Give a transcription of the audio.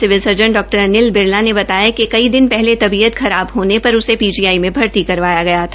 civil surgeon डॉ अनिल बिरला ने बताया कि कई दिन पहले तबीयत खराब होने पर उसे पीजीआई में भर्ती करवाया गया था